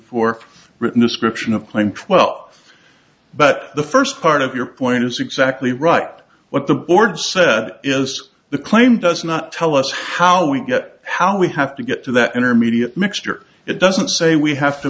for written description of playing twelve but the first part of your point is exactly right what the board said is the claim does not tell us how we get how we have to get to that intermediate mixture it doesn't say we have to